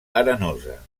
arenosa